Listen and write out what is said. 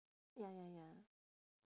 ya ya ya